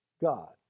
God